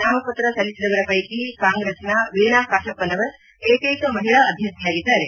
ನಾಮಪತ್ರ ಸಲ್ಲಿಸಿದವರ ಪೈಕಿ ಕಾಂಗ್ರೆಸ್ನ ವೀಣಾ ಕಾಶಪ್ಪನವರ್ ಏಕೈಕ ಮಹಿಳಾ ಅಭ್ಯರ್ಥಿಯಾಗಿದ್ದಾರೆ